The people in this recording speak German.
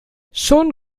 schon